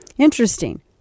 Interesting